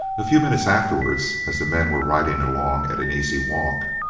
a few minutes afterwards, as the men were riding along at an easy walk,